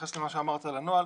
אתייחס למה שאמרת על הנוהל.